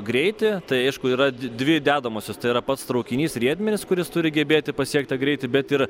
greitį tai aišku yra dvi dedamosios tai yra pats traukinys riedmenys kuris turi gebėti pasiekt tą greitį bet ir